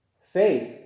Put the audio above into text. Faith